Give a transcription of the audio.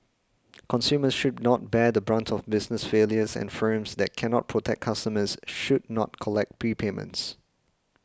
consumers should not bear the brunt of business failures and firms that cannot protect customers should not collect prepayments